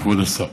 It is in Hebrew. כבוד השר.